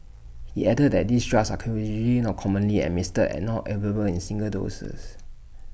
he added that these drugs are usually not commonly administered and not available in single doses